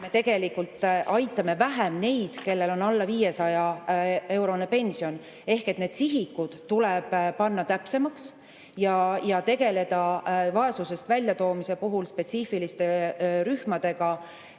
me tegelikult aitame vähem neid, kellel on alla 500-eurone pension. Need sihikud tuleb panna täpsemaks ja tegeleda vaesusest väljatoomisel spetsiifiliste rühmadega,